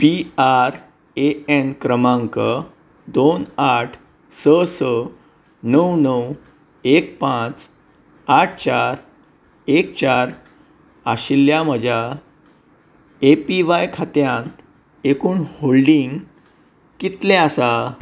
P R A N क्रमांक दोन आठ स स णव णव एक पाच आठ चार एक चार आशिल्ल्या म्हज्या ए पी व्हाय खात्यांत एकूण होल्डिंग कितलें आसा